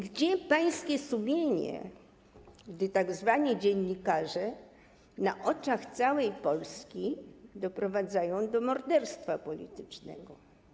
Gdzie pańskie sumienie, gdy tzw. dziennikarze na oczach całej Polski doprowadzają do morderstwa politycznego?